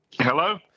Hello